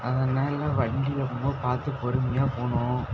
அதனால் வண்டியில் போகும்போது பார்த்து பொறுமையாக போகணும்